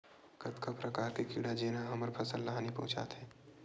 कतका प्रकार के कीड़ा जेन ह हमर फसल ल हानि पहुंचाथे?